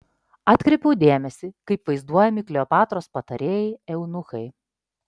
atkreipiau dėmesį kaip vaizduojami kleopatros patarėjai eunuchai